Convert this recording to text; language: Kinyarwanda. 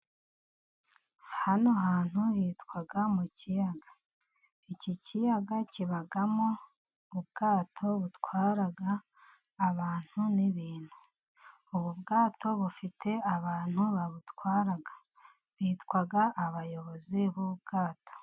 Hano hantu hitwa mu kiyaga. Iki kiyaga kibamo ubwato butwara abantu n'ibintu. Ubu bwato bufite abantu babutwara, bitwa, abayobozi b'ubwato.